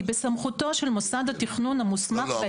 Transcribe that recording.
היא בסמכותו של מוסד התכנון המוסמך בהתאם" --- לא,